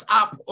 up